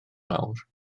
mawr